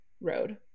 Road